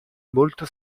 molto